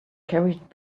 carried